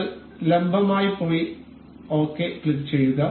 നിങ്ങൾ ലംബമായി പോയി ശരി ക്ലിക്കുചെയ്യുക